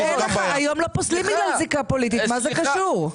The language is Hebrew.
היום לא פוסלים בגלל זיקה פוליטית, מה זה קשור?